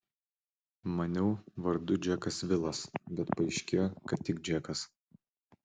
maniau vardu džekas vilas bet paaiškėjo kad tik džekas